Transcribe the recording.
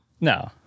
No